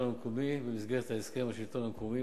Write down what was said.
המקומי במסגרת ההסכם עם השלטון המקומי,